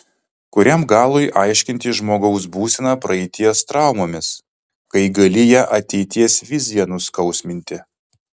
kuriam galui aiškinti žmogaus būseną praeities traumomis kai gali ją ateities vizija nuskausminti